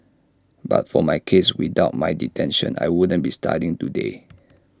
but for my case without my detention I wouldn't be studying today